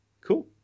Cool